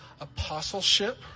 apostleship